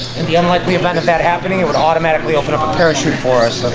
in the unlikely event of that happening, it would automatically open up a parachute for us.